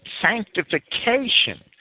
sanctification